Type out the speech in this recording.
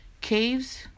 Caves